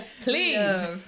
please